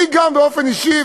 באופן אישי,